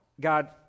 God